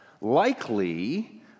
Likely